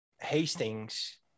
Hastings